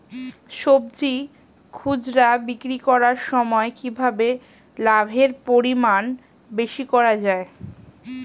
সবজি খুচরা বিক্রি করার সময় কিভাবে লাভের পরিমাণ বেশি করা যায়?